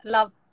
Love